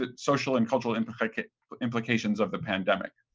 ah social and cultural implications but implications of the pandemic.